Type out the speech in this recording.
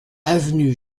avenue